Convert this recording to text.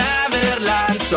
Neverland